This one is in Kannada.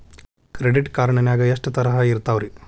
ಕ್ರೆಡಿಟ್ ಕಾರ್ಡ್ ನಾಗ ಎಷ್ಟು ತರಹ ಇರ್ತಾವ್ರಿ?